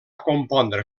compondre